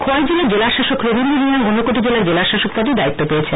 খোয়াই জেলার জেলাশাসক রবীন্দ্র রিয়াং উনকোটি জেলার জেলাশাসক পদে দায়িত্ব পেয়েছেন